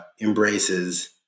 embraces